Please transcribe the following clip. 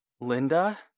Linda